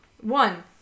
One